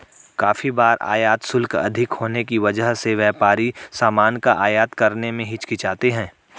काफी बार आयात शुल्क अधिक होने की वजह से व्यापारी सामान का आयात करने में हिचकिचाते हैं